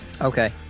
Okay